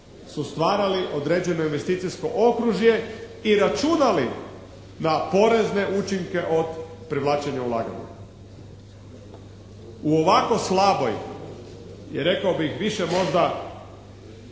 su stvarali određeno investicijsko okružje i računali na porezne učinke od privlačenja ulaganja. U ovako slaboj i rekao bih više možda